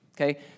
Okay